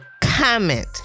comment